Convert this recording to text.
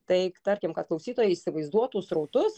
taik tarkim kad klausytojai įsivaizduotų srautus